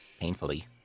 painfully